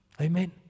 Amen